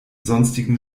sonstigen